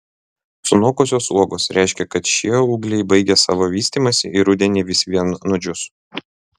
sunokusios uogos reiškia kad šie ūgliai baigė savo vystymąsi ir rudenį vis vien nudžius